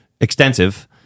extensive